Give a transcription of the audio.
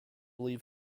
leave